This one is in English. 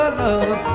love